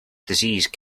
disease